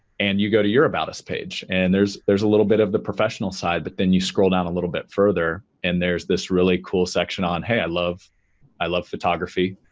and you go to your about us page and there's there's a little bit of the professional side but then you scroll down a little bit further and there's this really cool section on, hey, i love i love photography.